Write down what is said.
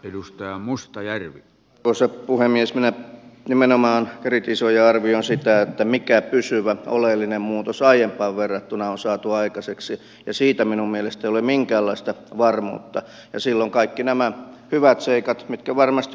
edustaja mustajärvi osat puhemieslle nimenomaan kritisoi arvion siitä että mikään pysyvä oleellinen muutos aiempaan verrattuna on saatu aikaiseksi ja siitä minun mielestä ole minkäänlaista varmuutta ja silloin kaikki nämä hyvät seikat mitkä varmasti